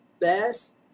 best